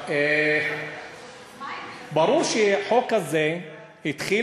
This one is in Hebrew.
ברור שהחוק הזה התחיל,